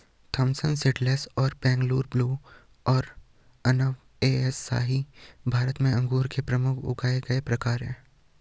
Thompson seedless और Bangalore blue और अनब ए शाही भारत में अंगूर के प्रमुख उगाए गए प्रकार हैं